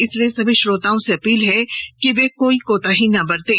इसलिए सभी श्रोताओं से अपील है कि कोई भी कोताही ना बरतें